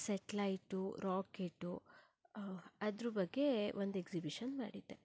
satellite rocket ಅದರ ಬಗ್ಗೆ ಒಂದು ಎಕ್ಸಿಬಿಷನ್ ಮಾಡಿದ್ದೆ